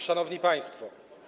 Szanowni Państwo!